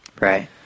Right